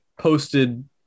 posted